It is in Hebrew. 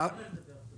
אביב אני לא הפרעתי לכם.